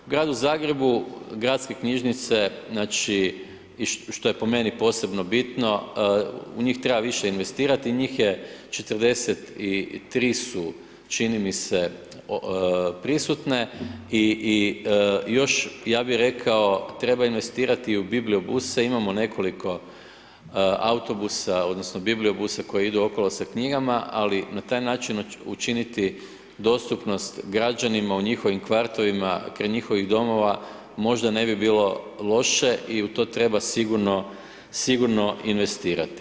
U gradu Zagrebu, gradske knjižnice, znači, što je po meni posebno bitno, u njih treba više investirati i njih je 43 su čini mi se, prisutne i još, ja bih rekao treba investirati u bibliobuse, imamo nekoliko autobusa odnosno bibliobusa koji idu okolo sa knjigama, ali na taj način učiniti dostupnost građanima u njihovim kvartovima kraj njihovih domova možda ne bi bilo loše i u to treba sigurno investirati.